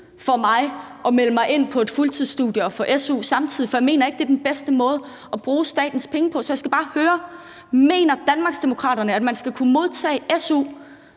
for mig at melde mig ind på et fuldtidsstudie og få su samtidig, for jeg mener ikke, at det er den bedste måde at bruge statens penge på. Så jeg skal bare høre: Mener Danmarksdemokraterne, at man skal kunne anmode om